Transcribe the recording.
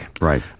Right